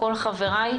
כל חבריי,